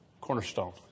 Cornerstone